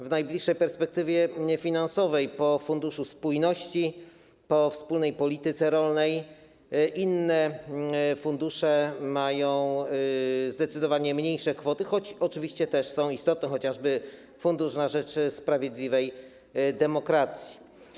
W najbliższej perspektywie finansowej, po Funduszu Spójności, po wspólnej polityce rolnej, inne fundusze mają przyznane zdecydowanie mniejsze kwoty, choć oczywiście też są istotne, jak chociażby fundusz na rzecz sprawiedliwej demokracji.